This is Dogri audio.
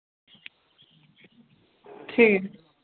ठीक